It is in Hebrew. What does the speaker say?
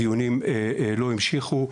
הדיונים לא המשיכו,